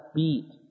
beat